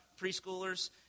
preschoolers